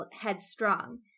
headstrong